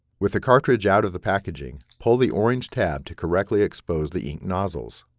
with the cartridge out of the packaging, pull the orange tab to correctly expose the ink nozzles.